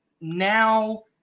now